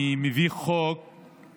אני מביא חוק שהוא